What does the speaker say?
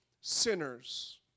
Sinners